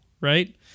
right